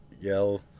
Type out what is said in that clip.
yell